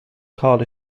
called